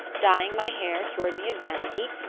dyeing my hair cured me of vanity.